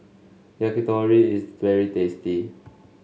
Yakitori is very tasty